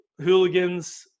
Hooligans